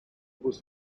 was